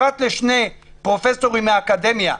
פרט לשני פרופסורים מהאקדמיה,